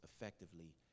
effectively